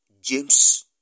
James